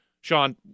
Sean